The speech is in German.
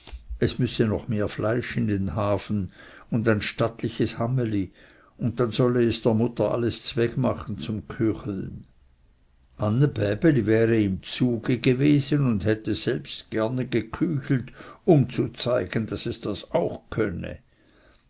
es müsse noch mehr fleisch in den hafen und ein stattliches hammeli und dann solle es der mutter alles zwegmachen zum küchlen annebäbeli wäre im zuge gewesen und hätte gerne selbst geküchelt um zu zeigen daß es das auch könne